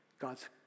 God's